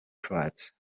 tribes